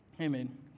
Amen